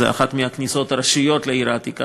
זו אחת מהכניסות הראשיות לעיר העתיקה,